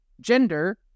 gender